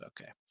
Okay